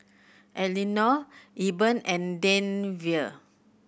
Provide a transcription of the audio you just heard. Elinore Eben and Denver